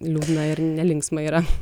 liūdna ir nelinksma yra